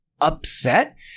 upset